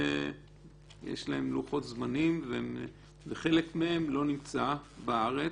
שיש להם לוחות זמנים, וחלק מהם לא נמצא בארץ.